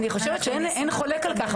אני חושבת שאין חולק על כך,